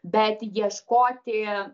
bet ieškoti